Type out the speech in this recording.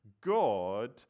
God